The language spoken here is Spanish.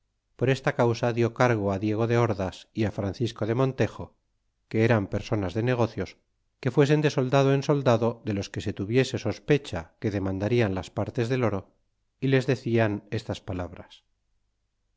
por esta causa lió cargo á diego de ordas y francisco de montejo que eran personas de negocios que fuesen de soldado en soldado de los que se tuviese sospecha que demandarían las partes del oro y les de clan estas palabras